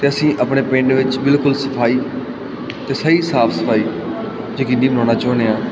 ਅਤੇ ਅਸੀਂ ਆਪਣੇ ਪਿੰਡ ਵਿੱਚ ਬਿਲਕੁਲ ਸਫਾਈ ਅਤੇ ਸਹੀ ਸਾਫ਼ ਸਫਾਈ ਯਕੀਨੀ ਬਣਾਉਣਾ ਚਾਹੁੰਦੇ ਹਾਂ